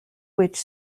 which